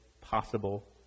possible